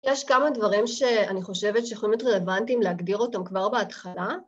יש כמה דברים שאני חושבת שיכולים להיות רלוונטיים להגדיר אותם כבר בהתחלה.